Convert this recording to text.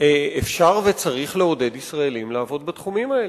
אפשר וצריך לעודד ישראלים לעבוד בתחומים האלה,